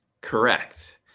Correct